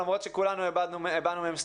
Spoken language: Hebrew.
למרות שכולנו הבענו מהן סלידה.